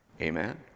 Amen